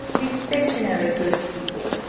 these stationary good people,